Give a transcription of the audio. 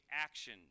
action